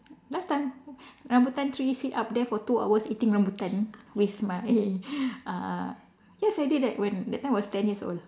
last time rambutan tree sit up there for two hours eating rambutan with my uh yes I did that when that time I was ten years old